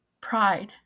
pride